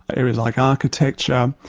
areas like architecture,